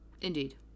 Indeed